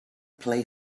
play